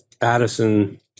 Addison